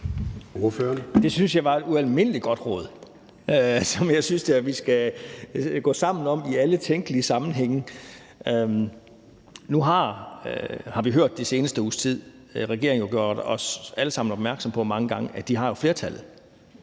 Det synes jeg var et ualmindelig godt råd, som jeg synes vi skal gå sammen om i alle tænkelige sammenhænge. Nu har vi hørt den sidste uges tid – og regeringen har også mange gange gjort os alle sammen opmærksom på det – at de jo har flertallet,